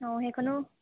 অঁ সেইখনো